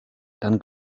dann